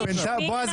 בועז,